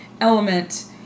element